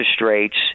rates